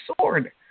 sword